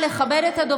איך הגעת ל-30 שניות?